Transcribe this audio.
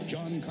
John